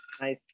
Nice